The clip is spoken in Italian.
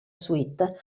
suite